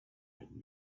had